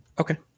Okay